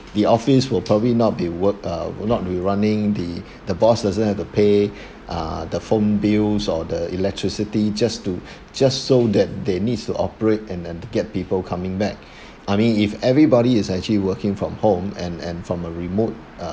the office will probably not be work uh will not be running the the boss doesn't have to pay uh the phone bills or the electricity just to just so that they needs to operate and and get people coming back I mean if everybody is actually working from home and and from a remote uh